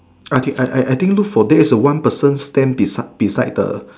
okay I I I think look for there is a one person stand beside beside the